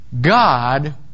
God